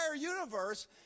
universe